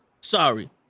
Sorry